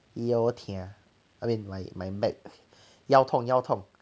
yo tia I mean like my back 腰痛腰痛